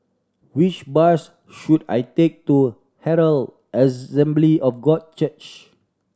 which bus should I take to Herald Assembly of God Church